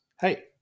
Hey